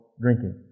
drinking